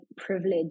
privilege